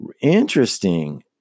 Interesting